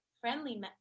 friendly